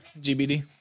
GBD